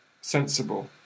sensible